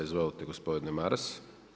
Izvolite gospodine Maras.